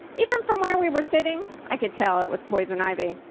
even from where we were sitting, i could tell it was poison ivy.